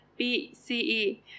BCE